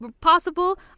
possible